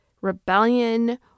rebellion